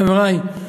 חברי,